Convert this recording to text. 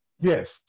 Yes